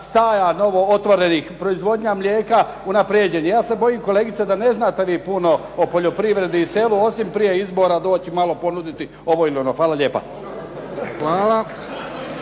staja novootvorenih, proizvodnja mlijeka unaprijeđeni. Ja se bojim kolegice da ne znate vi puno o poljoprivredi i selu osim prije izbora doći malo ponuditi ovo ili ono. Hvala lijepa.